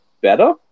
better